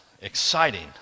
exciting